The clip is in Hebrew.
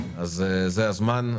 זה הזמן.